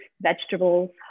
vegetables